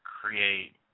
create